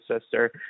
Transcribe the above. sister